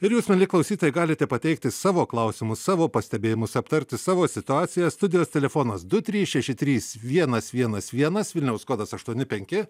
ir jūs mieli klausytojai galite pateikti savo klausimus savo pastebėjimus aptarti savo situaciją studijos telefonas du trys šeši trys vienas vienas vienas vilniaus kodas aštuoni penki